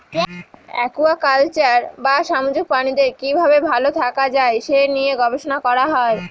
aquaculture বা সামুদ্রিক প্রাণীদের কি ভাবে ভালো থাকা যায় সে নিয়ে গবেষণা করা হয়